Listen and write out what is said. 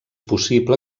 possible